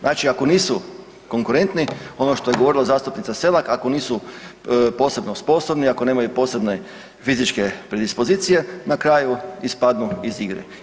Znači ako nisu konkurentni ono što je govorila zastupnica Selak, ako nisu posebno sposobni, ako nemaju posebne fizičke predispozicije na kraju ispadnu iz igre.